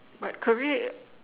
but career